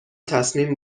تصمیم